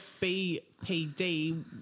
BPD